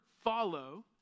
follow